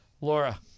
Laura